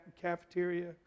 cafeteria